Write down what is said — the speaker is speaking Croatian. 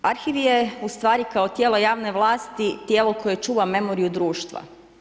Arhiv je ustvari kao tijelo javne vlasti, tijelo koje čuva memoriju društva.